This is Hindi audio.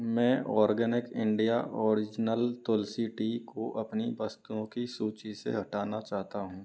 मैं organic India original Tulsi tea को अपनी वस्तुओं की सूची से हटाना चाहता हूँ